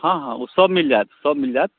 हाँ हाँ ओ सभ मिल जायत सभ मिल जायत